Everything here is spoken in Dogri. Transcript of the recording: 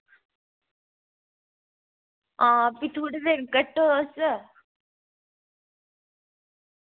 हां फ्ही थोह्ड़े दिन कट्टो तुस